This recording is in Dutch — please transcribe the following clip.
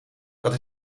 dat